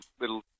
little